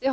Dess